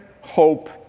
hope